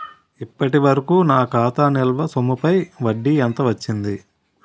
ఇప్పటి వరకూ నా ఖాతా నిల్వ సొమ్ముపై వడ్డీ ఎంత వచ్చింది?